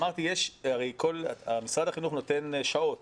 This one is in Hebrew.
אמרתי שמשרד החינוך נותן שעות